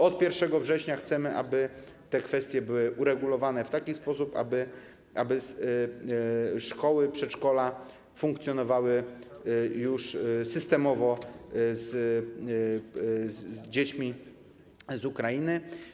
Od 1 września chcemy, aby te kwestie były uregulowane w taki sposób, aby szkoły i przedszkola funkcjonowały już systemowo z dziećmi z Ukrainy.